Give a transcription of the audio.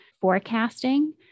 forecasting